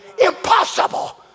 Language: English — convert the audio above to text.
Impossible